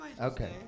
Okay